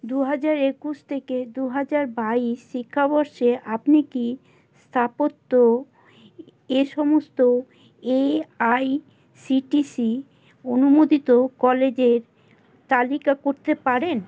দু হাজার একুশ থেকে দু হাজার বাইশ শিক্ষাবর্ষে আপনি কি স্থাপত্য এসমস্ত এআইসিটিসি অনুমোদিত কলেজের তালিকা করতে পারেন